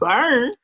Burn